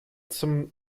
zum